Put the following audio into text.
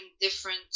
different